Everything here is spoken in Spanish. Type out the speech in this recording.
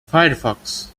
firefox